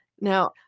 Now